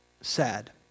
sad